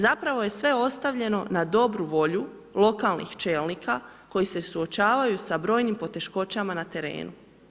Zapravo je sve ostavljeno na dobru volju lokalnih čelnika koji se suočavaju sa brojnim poteškoćama na terenu.